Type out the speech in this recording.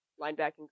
linebacking